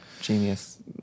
genius